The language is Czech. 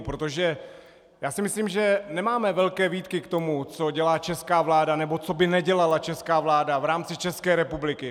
Protože si myslím, že nemáme velké výtky k tomu, co dělá česká vláda, nebo co by nedělala česká vláda v rámci České republiky.